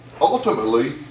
ultimately